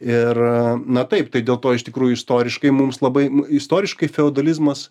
ir na taip tai dėl to iš tikrųjų istoriškai mums labai istoriškai feodalizmas